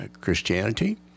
Christianity